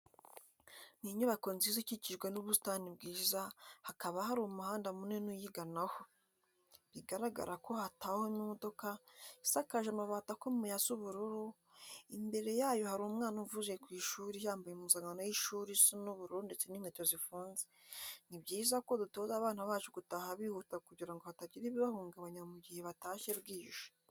Ni inyubako nziza ikikijwe n'ubusitani bwiza hakaba hari umuhanda munini uyiganaho, bigaragara ko hatahamo imodoka, isakaje amabati akomeye asa ubururu, imbere yayo hari umwana uvuye ku ishuri yambaye impuzankano y'ishuri isa ubururu ndetse n'inkweto zifunze, ni byiza ko dutoza abana bacu gutaha bihuta kugira ngo hatagira ibibahungabanya mu gihe batashye bwije.